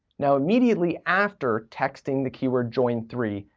now, immediately, after texting the keyword, j o i n three,